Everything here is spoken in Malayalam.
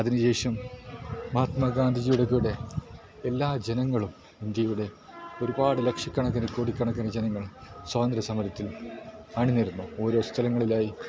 അതിന് ശേഷം മഹാത്മാ ഗാന്ധിജിയുടെ കൂടെ എല്ലാ ജനങ്ങളും ഇന്ത്യയുടെ ഒരുപാട് ലക്ഷക്കണക്കിന് കോടിക്കണക്കിന് ജനങ്ങൾ സ്വാതന്ത്ര്യ സമരത്തിൽ അണി നിരന്നു ഓരോ സ്ഥലങ്ങളിലായി